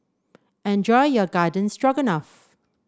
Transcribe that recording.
enjoy your Garden Stroganoff